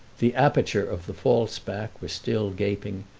the aperture of the false back was still gaping,